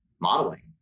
modeling